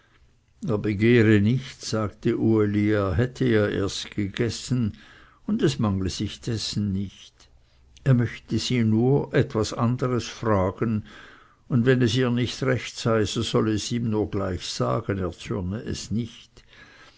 begehre nichts sagte uli er hätte ja erst gegessen und es mangle sich dessen nicht er möchte sie nur etwas anderes fragen und wenn es ihr nicht recht sei so solle sie es ihm nur gleich sagen er zürne es nicht